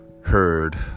heard